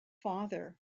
father